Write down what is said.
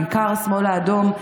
בעיקר השמאל האדום,